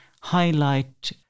highlight